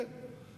אין.